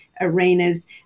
Arenas